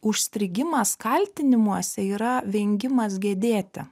užstrigimas kaltinimuose yra vengimas gedėti